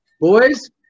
Boys